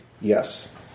Yes